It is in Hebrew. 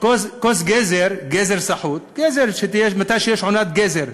כוס גזר, גזר סחוט, כשיש עונת גזר,